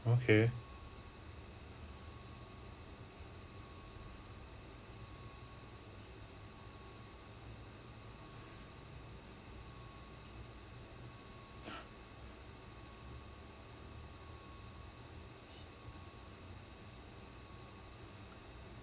okay